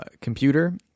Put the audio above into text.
computer